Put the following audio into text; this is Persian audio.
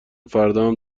فرداهم